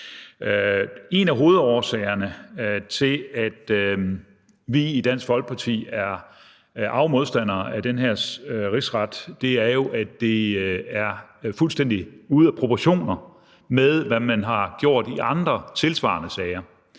En af hovedårsagerne til, at vi i Dansk Folkeparti er arge modstandere af den her rigsret, er jo, at det er fuldstændig ude af proportioner med, hvad man har gjort i andre tilsvarende sager.